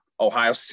Ohio